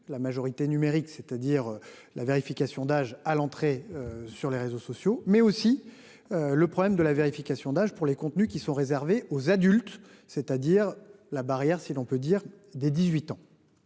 la majorité numérique, c'est-à-dire la vérification d'âge à l'entrée sur les réseaux sociaux mais aussi. Le problème de la vérification d'âge pour les contenus qui sont réservés aux adultes, c'est-à-dire la barrière si l'on peut dire des 18 ans.